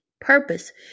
Purpose